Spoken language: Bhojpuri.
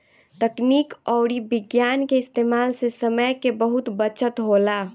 तकनीक अउरी विज्ञान के इस्तेमाल से समय के बहुत बचत होला